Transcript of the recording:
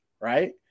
right